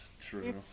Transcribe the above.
True